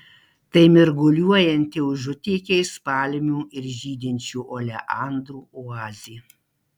tai mirguliuojanti užutėkiais palmių ir žydinčių oleandrų oazė